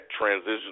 transition